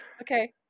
okay